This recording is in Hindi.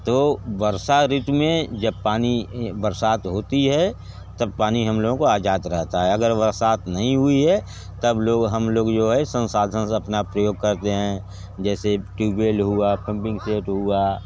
तो वर्षा ऋतु में जब पानी बरसात होती हैं तब पानी हम लोगों को आजाद रहता है अगर बरसात नहीं हुई है तब लोग हम लोग जो है संसाधन अपना प्रयोग करते हैं जैसे टूबेवेल हुआ पमपिंगसेट हुआ